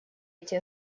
эти